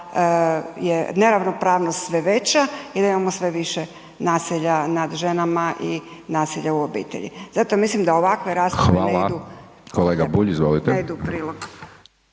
je neravnopravnost sve veća i da imamo sve više naselja nad ženama i nasilja u obitelji. Zato mislim da ovakve rasprave ne idu u prilog.